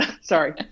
sorry